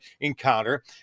encounter